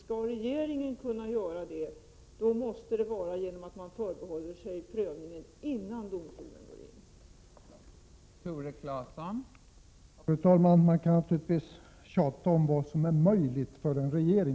För att regeringen skall kunna handla måste den förbehålla sig prövningsrätt, innan domstolen fattar sitt beslut.